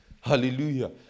Hallelujah